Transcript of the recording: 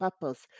purpose